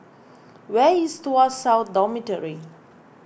where is Tuas South Dormitory